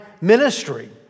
ministry